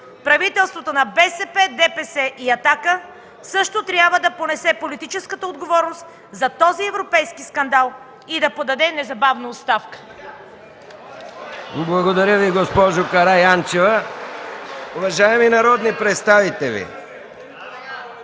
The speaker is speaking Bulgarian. правителството на БСП, ДПС и „Атака” също трябва да понесе политическата отговорност за този европейски скандал и да подаде незабавно оставка.